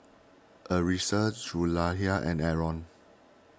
Arissa Zulaikha and Aaron